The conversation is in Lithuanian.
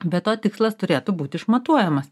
be to tikslas turėtų būti išmatuojamas